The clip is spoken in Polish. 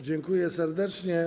Dziękuję serdecznie.